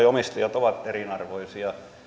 omistajat ovat eriarvoisia